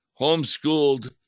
Homeschooled